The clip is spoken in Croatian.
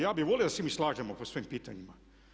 Ja bih volio da se mi slažemo po svim pitanjima.